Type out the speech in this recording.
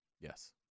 yes